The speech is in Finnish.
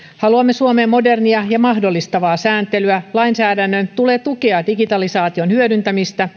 haluamme suomeen modernia ja mahdollistavaa sääntelyä lainsäädännön tulee tukea digitalisaation hyödyntämistä